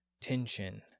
tension